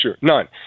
none